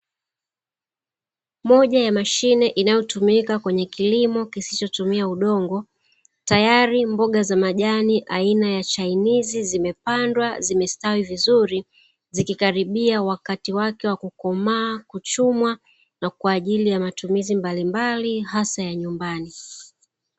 Moja ya mashine inayotumika kwenye kilimo kisichotumia udongo, tayari mboga za majani aina ya chainizi zimepandwa, zimesitawi vizuri zikikaribia wakati wake wa kukomaa, kuchumwa, na kwa ajili ya matumizi mbalimbali, hasa ya nyumbani.